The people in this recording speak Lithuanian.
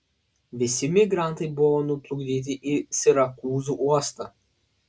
visi migrantai buvo nuplukdyti į sirakūzų uostą